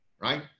right